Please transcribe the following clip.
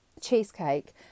cheesecake